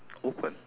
open